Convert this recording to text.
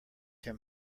him